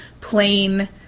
plain